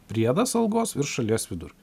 priedas algos virš šalies vidurkio